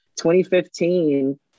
2015